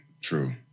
true